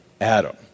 Adam